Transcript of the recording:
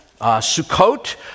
Sukkot